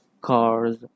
cars